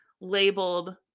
labeled